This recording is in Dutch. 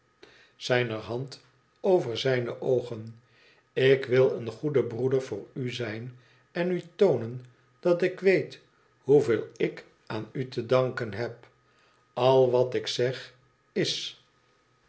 zijner hand over zijne oogen ik wil een goede broeder voor u zijn en u toonen dat ik weet hoeveel ik aan u te danken heb al wat ik zeg is